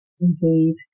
Indeed